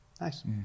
nice